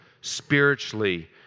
Spiritually